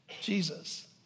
Jesus